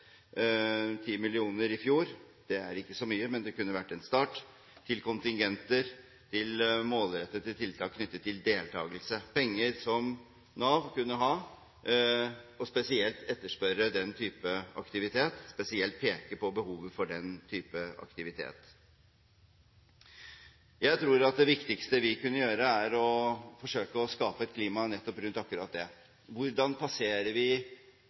i fjor 10 mill. kr – det er ikke så mye, men det kunne vært en start – til kontingenter til målrettede tiltak knyttet til deltakelse. Dette er penger som Nav kunne ha, og spesielt etterspørre den typen aktivitet, og spesielt peke på behovet for den typen aktivitet. Jeg tror at det viktigste vi kunne gjøre, er å forsøke å skape et klima nettopp rundt akkurat det. Hvordan passerer vi